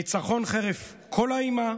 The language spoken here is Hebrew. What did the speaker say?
ניצחון חרף כל האימה,